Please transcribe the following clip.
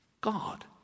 God